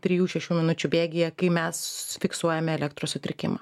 trijų šešių minučių bėgyje kai mes fiksuojame elektros sutrikimą